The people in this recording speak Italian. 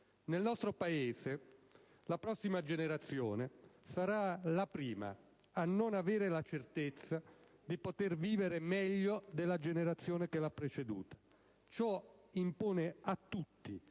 Nel nostro Paese la prossima generazione sarà la prima a non avere la certezza di poter vivere meglio della generazione che l'ha preceduta. Ciò impone a tutti